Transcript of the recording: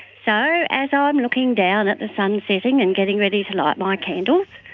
so as ah i'm looking down at the sun setting and getting ready to light my candles,